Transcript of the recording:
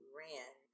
ran